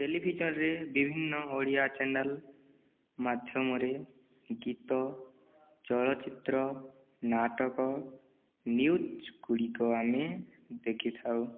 ଟେଲିଭିଜନରେ ବିଭିନ୍ନ ଓଡ଼ିଆ ଚ୍ୟାନେଲ ମାଧ୍ୟମରେ ଗୀତ ଚଳଚ୍ଚିତ୍ର ନାଟକ ନ୍ୟୁଜ ଗୁଡ଼ିକ ଆମେ ଦେଖିଥାଉ